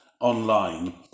online